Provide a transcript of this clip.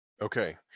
Okay